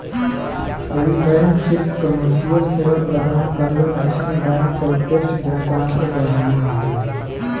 कई बैंक सिर्फ कमर्शियल सेवा प्रदान करलन अइसन बैंक क उद्देश्य व्यापार क बढ़ाना हउवे